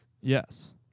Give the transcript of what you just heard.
Yes